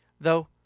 Though